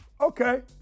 Okay